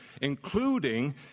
including